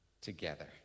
together